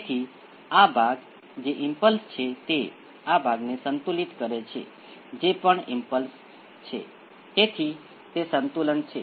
હવે યાદ રાખો b 1 અને b 2 કેટલીક ઇચ્છિત સંકુલ સંખ્યાઓ નહીં હોય ત્યાં જટિલ જોડાણ હશે કારણ કે આખરે સમીકરણમાં માત્ર રીઅલ ગુણાંક છે